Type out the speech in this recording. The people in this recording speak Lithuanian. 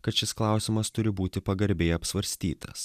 kad šis klausimas turi būti pagarbiai apsvarstytas